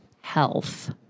health